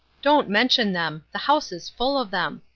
don't mention them. the house is full of them.